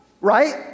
right